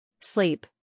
Sleep